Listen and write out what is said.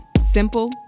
Simple